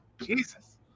Jesus